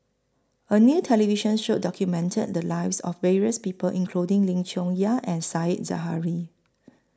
A New television Show documented The Lives of various People including Lim Chong Yah and Said Zahari